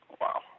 wow